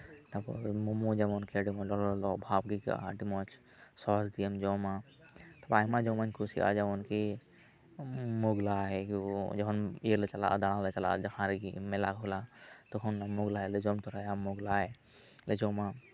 ᱛᱟᱯᱚᱨ ᱢᱳᱢᱳ ᱡᱮᱢᱚᱱ ᱟᱹᱰᱤ ᱢᱚᱸᱡᱽ ᱟᱨᱠᱤ ᱞᱚᱞᱚᱵᱷᱟᱵ ᱜᱤ ᱟᱹᱭᱠᱟᱹᱜᱼᱟ ᱟᱹᱰᱤ ᱢᱚᱸᱡᱽ ᱥᱚᱦᱚᱡ ᱜᱮ ᱟᱹᱭᱠᱟᱹᱜᱼᱟ ᱛᱟᱯᱚᱨ ᱟᱭᱢᱟ ᱡᱚᱢᱟᱜ ᱤᱧ ᱠᱩᱥᱤᱭᱟᱜᱼᱟ ᱡᱮᱢᱚᱱ ᱠᱤ ᱢᱚᱜᱞᱟᱭ ᱡᱚᱠᱷᱚᱱ ᱫᱟᱲᱟᱱᱞᱮ ᱪᱟᱞᱟᱜᱼᱟ ᱡᱟᱦᱟᱸ ᱨᱮᱜᱮ ᱢᱮᱞᱟᱠᱷᱮᱞᱟ ᱛᱚᱠᱷᱚᱱ ᱢᱚᱜᱞᱟᱭ ᱞᱮ ᱡᱚᱢ ᱛᱚᱨᱟᱭᱟ ᱢᱚᱜᱞᱟᱭ ᱞᱮ ᱡᱚᱢᱟ